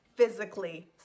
physically